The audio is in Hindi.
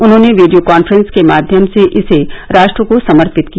उन्होंने वीडियो कांफ्रेंस के माध्यम से इसे राष्ट्र को समर्पित किया